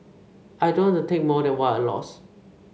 I don't to take more than what I lost